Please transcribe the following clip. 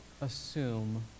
assume